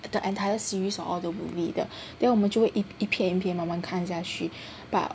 the entire series of all the movie then 我们就会一篇篇慢慢地看下去 but